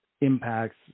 impacts